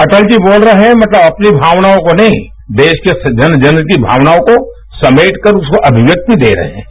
अटल जी बोल रहे है मतलब अपनी भावनाओं को नहीं देश के जन जन की भावनाओं को समेटकर उसको अभिव्यक्ति दे रहे हैं